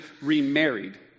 remarried